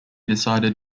decided